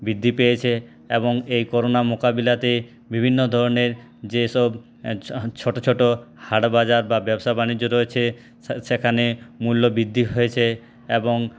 বৃদ্ধি পেয়েছে এবং এই করোনা মোকাবিলাতে বিভিন্ন ধরণের যেসব ছোট ছোট হাট বাজার বা ব্যবসা বাণিজ্য রয়েছে সেখানে মূল্যবৃদ্ধি হয়েছে এবং